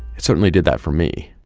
it certainly did that for me.